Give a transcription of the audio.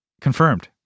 confirmed